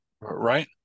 Right